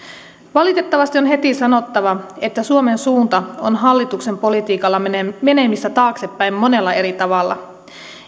valitettavasti on heti sanottava että suomen suunta on hallituksen politiikalla menemistä taaksepäin monella eri tavalla